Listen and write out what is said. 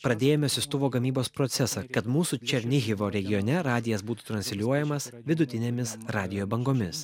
pradėjome siųstuvo gamybos procesą kad mūsų černihivo regione radijas būtų transliuojamas vidutinėmis radijo bangomis